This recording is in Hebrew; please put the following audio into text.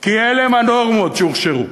כי אלה הנורמות שאופשרו,